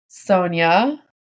Sonia